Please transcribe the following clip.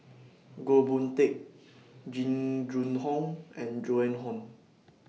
Goh Boon Teck Jing Jun Hong and Joan Hon